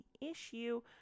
issue